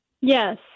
yes